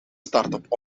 startup